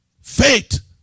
Faith